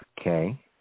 Okay